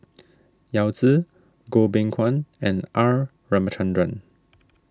Yao Zi Goh Beng Kwan and R Ramachandran